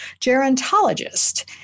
gerontologist